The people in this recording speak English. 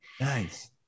Nice